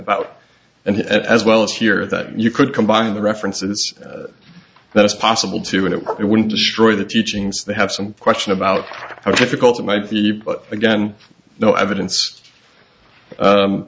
about and as well as here that you could combine the references that it's possible to and it wouldn't destroy the teachings they have some question about how difficult it might be again no evidence